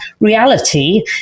reality